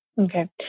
Okay